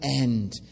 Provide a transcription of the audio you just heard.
end